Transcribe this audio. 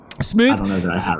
Smooth